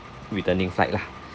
returning flight lah